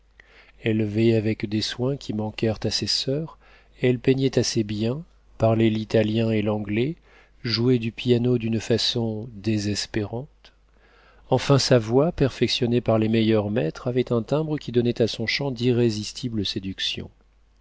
élevée avec des soins qui manquèrent à ses soeurs elle peignait assez bien parlait l'italien et l'anglais jouait du piano d'une façon désespérante enfin sa voix perfectionnée par les meilleurs maîtres avait un timbre qui donnait à son chant d'irrésistibles séductions